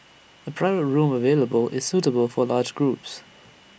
A private room available is suitable for large groups